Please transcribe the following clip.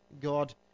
God